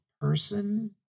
person